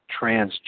transgender